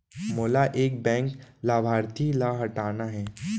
मोला एक बैंक लाभार्थी ल हटाना हे?